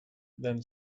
then